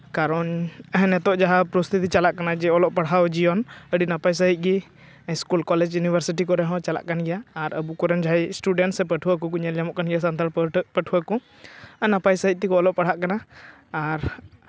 ᱠᱟᱨᱚᱱ ᱱᱤᱛᱳᱜ ᱡᱟᱦᱟᱸ ᱯᱚᱨᱤᱥᱛᱷᱤᱛᱤ ᱪᱟᱞᱟᱜ ᱠᱟᱱᱟ ᱡᱮ ᱚᱞᱚᱜ ᱯᱟᱲᱦᱟᱜ ᱡᱤᱭᱚᱱ ᱟᱹᱰᱤ ᱱᱟᱯᱟᱭ ᱥᱟᱺᱦᱤᱡ ᱜᱮ ᱥᱠᱩᱞ ᱠᱚᱞᱮᱡᱽ ᱤᱭᱩᱱᱤᱵᱷᱟᱨᱥᱤᱴᱤ ᱠᱚᱨᱮ ᱦᱚᱸ ᱪᱟᱞᱟᱜ ᱠᱟᱱ ᱜᱮᱭᱟ ᱟᱨ ᱟᱵᱚ ᱠᱚᱨᱮᱱ ᱡᱟᱦᱟᱸᱭ ᱤᱥᱴᱩᱰᱮᱱᱴ ᱥᱮ ᱯᱟᱹᱴᱷᱩᱣᱟᱹ ᱠᱚᱵᱚᱱ ᱧᱮᱞ ᱧᱟᱢᱚᱜ ᱠᱟᱱ ᱜᱮᱭᱟ ᱥᱟᱱᱛᱟᱲ ᱯᱟᱹᱴᱷᱩᱣᱟᱹ ᱠᱚ ᱟᱨ ᱱᱟᱯᱟᱭ ᱥᱟᱺᱦᱤᱡ ᱛᱮᱠᱚ ᱚᱞᱚᱜ ᱯᱟᱲᱦᱟᱜ ᱠᱟᱱᱟ ᱟᱨ